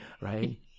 right